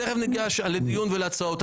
תכף ניגש לדיון והצעות.